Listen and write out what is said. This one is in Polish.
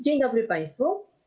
Dzień dobry państwu.